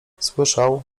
słyszał